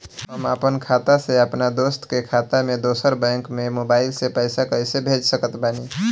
हम आपन खाता से अपना दोस्त के खाता मे दोसर बैंक मे मोबाइल से पैसा कैसे भेज सकत बानी?